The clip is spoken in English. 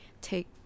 take